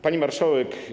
Pani Marszałek!